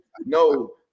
no